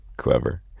clever